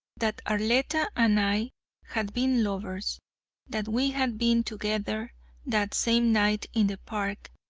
that arletta and i had been lovers that we had been together that same night in the park,